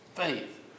Faith